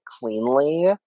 cleanly